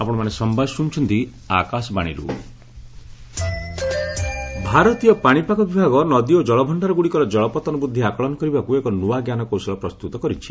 IMD ଟେକ୍ରୋଲୋକି ଭାରତୀୟ ପାଣିପାଗ ବିଭାଗ ନଦୀ ଓ ଜଳଭଣ୍ଡାରଗୁଡିକର ଜଳପତନ ବୃଦ୍ଧି ଆକଳନ କରିବାକୁ ଏକ ନୂଆ ଜ୍ଞାନକୌଶଳ ପ୍ରସ୍ତୁତ କରିଛି